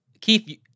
Keith